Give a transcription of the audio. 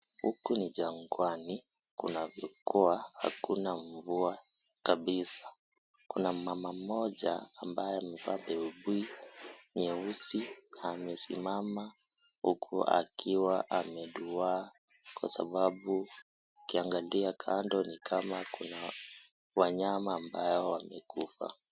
Huku ni jangwani kunapokuwa hakuna mvua kabisa. Kuna mama mmoja ambaye amevaa buibui nyeusi na amesimama huku akiwa ameduwaa kwa sababu ukiangalia kando ni kama kuna wanyama ambao wamekufa.